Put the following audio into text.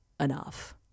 enough